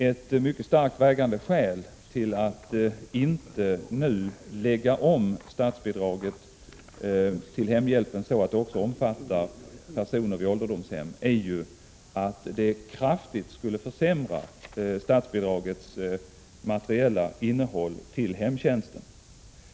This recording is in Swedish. Ett mycket starkt vägande skäl till att inte nu lägga om statsbidraget till hemhjälpen, så att det också omfattar personer vid ålderdomshem, är att det kraftigt skulle försämra statsbidragets materiella innehåll när det gäller hemtjänsten.